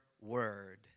word